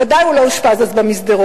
בוודאי הוא לא אושפז אז במסדרון.